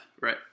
Right